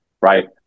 right